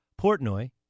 Portnoy